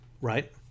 Right